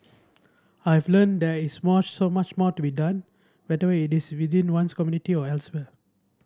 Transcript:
I've learnt that is more so much more to be done whether it is within one's community or elsewhere